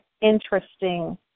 interesting